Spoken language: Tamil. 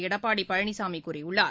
எடப்பாடி பழனிசாமி கூறியுள்ளார்